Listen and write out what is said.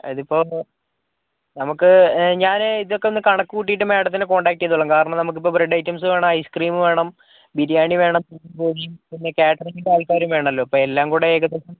അതിപ്പോൾ നമുക്ക് ഞാൻ ഇതൊക്കെ ഒന്നു കണക്കുകൂട്ടിയിട്ട് മാഡത്തിനെ കോൺടാക്ട് ചെയ്തുകൊളളാം കാരണം നമുക്കിപ്പോൾ ബ്രെഡ് ഐറ്റംസ് വേണം ഐസ് ക്രീം വേണം ബിരിയാണി വേണം പിന്നെ കാറ്ററിംഗിൻ്റെ ആൾക്കാരും വേണമല്ലോ അപ്പോൾ എല്ലാംകൂടെ ഏകദേശം